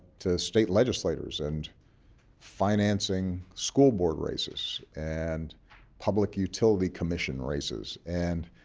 to state legislators and financing school board races and public utility commission races, and,